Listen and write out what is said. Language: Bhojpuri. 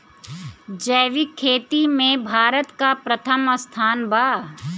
जैविक खेती में भारत का प्रथम स्थान बा